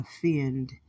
offend